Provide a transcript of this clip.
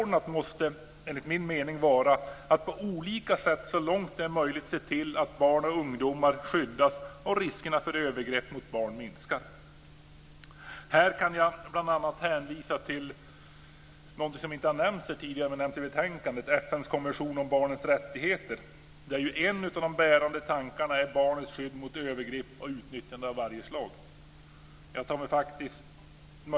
Det måste enligt min mening vara överordnat att på olika sätt, så långt det är möjligt, se till att barn och ungdomar skyddas och att riskerna för övergrepp mot barn minskar. Här kan jag bl.a. hänvisa till någonting som inte har nämnts tidigare i dag men som nämns i betänkandet, nämligen FN:s konvention om barnens rättigheter. En bärande tanke är barnets skydd mot övergrepp och utnyttjande av varje slag.